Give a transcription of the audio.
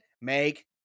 make